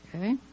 Okay